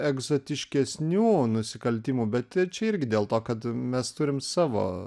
egzotiškesnių nusikaltimų bet čia irgi dėl to kad mes turim savo